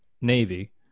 Navy